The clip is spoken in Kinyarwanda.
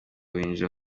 binjira